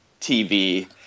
TV